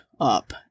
up